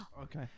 Okay